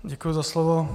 Děkuji za slovo.